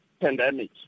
pandemic